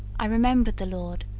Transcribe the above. i remembered the lord,